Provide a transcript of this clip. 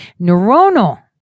neuronal